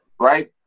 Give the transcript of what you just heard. right